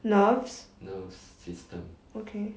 nerves okay